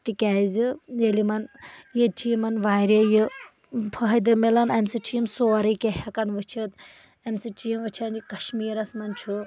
تِکیٚازِ ییٚلہِ یِمن ییٚتہِ چھِ یِمن واریاہ یہِ فٲیدٕ مِلان اَمہِ سۭتۍ چھِ یِم سورُے کیٚنٛہہ ہٮ۪کان وٕچھِتھ اَمہِ سۭتۍ چھِ یِم وٕچھان یہِ کشمیٖرَس منٛز چھُ